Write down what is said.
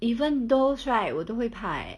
even those right 我都会怕 leh